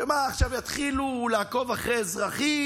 שמה, עכשיו יתחילו לעקוב אחרי אזרחים?